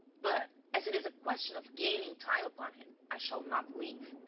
but, as it is a question of gaining time upon him, i shall not leave.